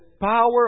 power